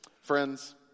Friends